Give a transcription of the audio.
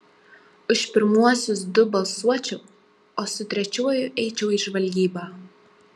už pirmuosius du balsuočiau o su trečiuoju eičiau į žvalgybą